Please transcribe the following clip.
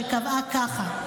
שקבעה כך: